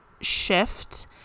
shift